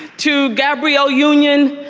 to gabrielle union.